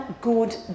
good